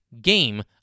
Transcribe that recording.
game